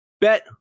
bet